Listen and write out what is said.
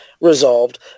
resolved